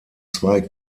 zwei